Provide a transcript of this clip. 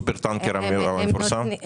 האגף דן בבקשות רבות.